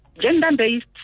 Gender-based